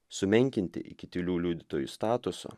sumenkinti iki tylių liudytojų statuso